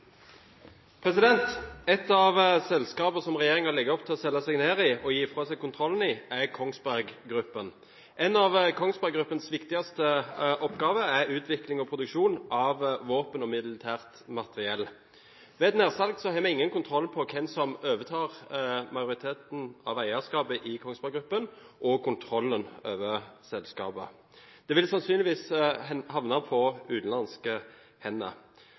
Et av selskapene som regjeringen legger opp til å selge seg ned i og gi fra seg kontrollen i, er Kongsberg Gruppen. En av Kongsberg Gruppens viktigste oppgaver er utvikling og produksjon av våpen og militært materiell. Ved et nedsalg har vi ingen kontroll på hvem som overtar majoriteten av eierskapet i Kongsberg Gruppen og kontrollen over selskapet. Det vil sannsynligvis havne i utenlandske hender.